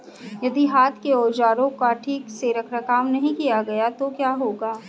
यदि हाथ के औजारों का ठीक से रखरखाव नहीं किया गया तो क्या होगा?